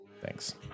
Thanks